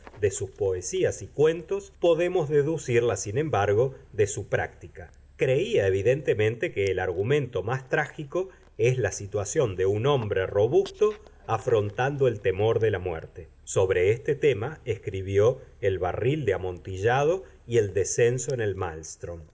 de sus poesías y cuentos podemos deducirla sin embargo de su práctica creía evidentemente que el argumento más trágico es la situación de un hombre robusto afrontando el temor de la muerte sobre este tema escribió el barril de amontillado y el descenso en el maelstrm se